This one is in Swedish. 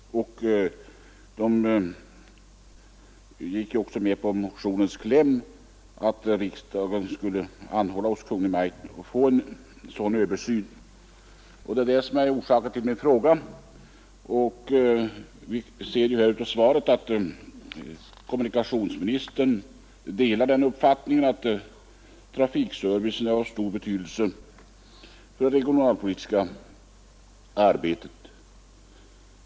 Utskottet tillstyrkte också motionens kläm att riksdagen skulle anhålla hos Kungl. Maj:t om en översyn. Av svaret här i dag ser vi att kommunikationsministern delar uppfattningen att trafikservicen är av stor betydelse för det regionalpolitiska arbetet.